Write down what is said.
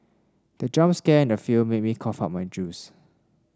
the jump scare in the film made me cough out my juice